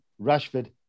Rashford